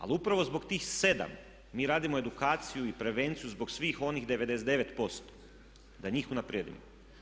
Ali upravo zbog tih 7 mi radimo edukaciju i prevenciju zbog svih onih 99% da njih unaprijedimo.